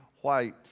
white